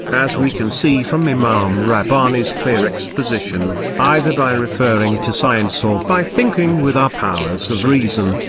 as we can see from imam rabbani's clear exposition either by referring to science or by thinking with our powers of reason,